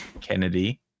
Kennedy